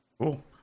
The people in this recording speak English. Cool